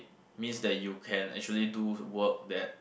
means that you can actually do work that